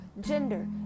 gender